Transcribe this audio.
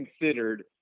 considered –